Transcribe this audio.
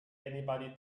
anybody